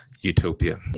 utopia